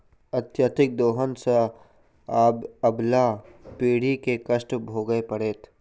अत्यधिक दोहन सँ आबअबला पीढ़ी के कष्ट भोगय पड़तै